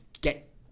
get